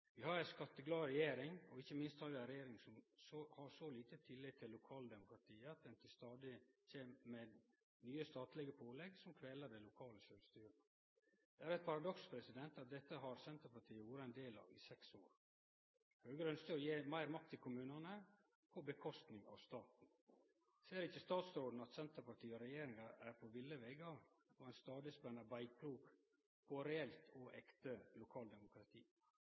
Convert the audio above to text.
Vi har ei skatteglad regjering, og ikkje minst har vi ei regjering som har så lite tillit til lokaldemokratiet at dei stadig kjem med nye statlege pålegg som kveler det lokale sjølvstyret. Det er eit paradoks at dette har Senterpartiet vore ein del av i seks år. Høgre ønskte å gje meir makt til kommunane framfor til staten. Ser ikkje statsråden at Senterpartiet og regjeringa er på ville vegar, når ein stadig spenner beinkrok på reelt og ekte lokaldemokrati?